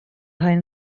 hen